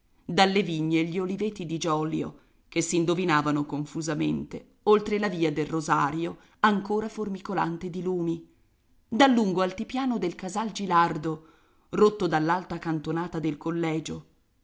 dalle vigne e gli oliveti di giolio che si indovinavano confusamente oltre la via del rosario ancora formicolante di lumi dal lungo altipiano del casalgilardo rotto dall'alta cantonata del collegio